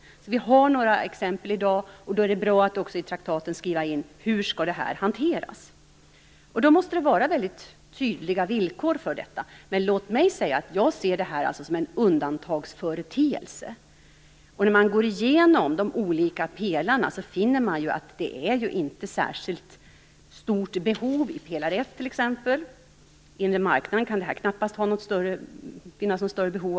Vi har alltså i dag några exempel, och det är därför bra att i traktaten skriva in hur detta skall hanteras. Då måste det ställas upp mycket tydliga villkor. Låt mig dock säga att jag ser det här som en undantagsföreteelse. När man går igenom de olika pelarna finner man att det ju inte är särskilt stort behov i t.ex. pelare 1. Det kan knappast finnas något större behov av detta inom den inre marknaden.